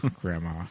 Grandma